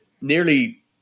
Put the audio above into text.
nearly